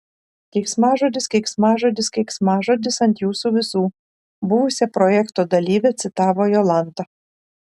keiksmažodis keiksmažodis keiksmažodis ant jūsų visų buvusią projekto dalyvę citavo jolanta